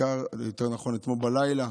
יותר נכון אתמול בלילה,